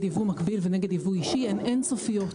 ייבוא מקביל ונגד ייבוא אישי הן אין סופיות,